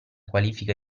qualifica